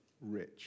rich